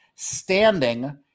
standing